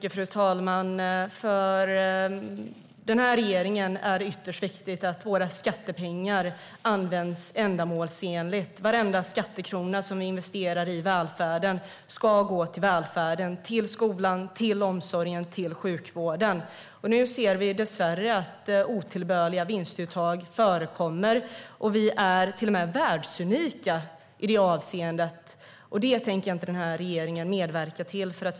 Fru talman! För den här regeringen är det ytterst viktigt att våra skattepengar används ändamålsenligt. Varenda skattekrona som vi investerar i välfärden ska gå till välfärden - till skolan, omsorgen och sjukvården. Nu ser vi dessvärre att otillbörliga vinstuttag förekommer. Vi är till och med världsunika i det avseendet. Det tänker inte den här regeringen medverka till.